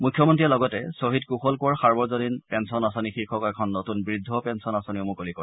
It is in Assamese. মুখ্যমন্ত্ৰীয়ে লগতে শ্বহীদ কুশল কোঁৱৰ সাৰ্বজনীন পেঞ্চন আঁচনি শীৰ্ষক এখন নতুন বৃদ্ধ পেঞ্চন আঁচনিও মুকলি কৰে